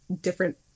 different